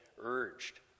urged